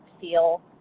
feel